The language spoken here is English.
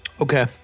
Okay